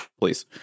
please